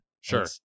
Sure